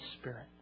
spirit